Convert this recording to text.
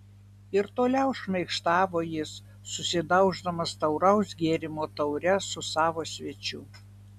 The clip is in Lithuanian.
ir toliau šmaikštavo jis susidauždamas tauraus gėrimo taure su savo svečiu